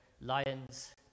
lions